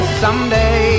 someday